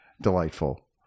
delightful